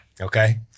Okay